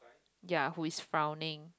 ya who is frowning